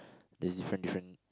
there's different different